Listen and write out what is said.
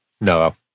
No